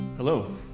Hello